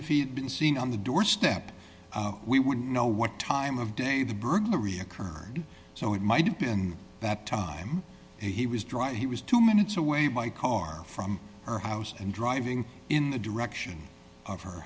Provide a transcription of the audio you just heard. if he'd been seen on the doorstep we would know what time of day the burglary occurred so it might have been that time he was drunk he was two minutes away by car from her house and driving in the direction of her